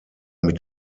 mit